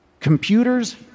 Computers